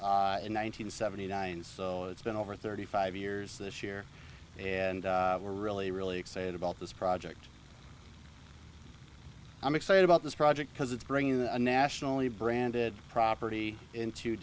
hundred seventy nine so it's been over thirty five years this year and we're really really excited about this project i'm excited about this project because it's bringing the nationally branded property into